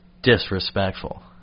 disrespectful